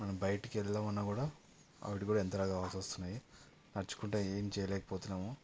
మనం బయటికి వెళ్దాము అన్నా కూడా వాటికి కూడా యంత్రాలు కావాల్సి వస్తున్నాయి నడుచుకుంటూ ఏం చేయలేకపోతున్నాము